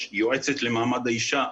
יש יועצת למעמד האישה,